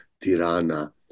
Tirana